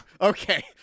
Okay